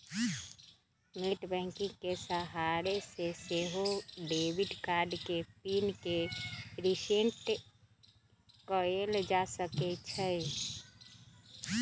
net banking के सहारे से सेहो डेबिट कार्ड के पिन के रिसेट कएल जा सकै छइ